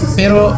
pero